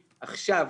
עכשיו,